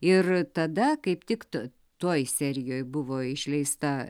ir tada kaip tik toj serijoj buvo išleista